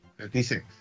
56